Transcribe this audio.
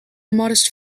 modest